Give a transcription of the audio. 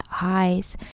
eyes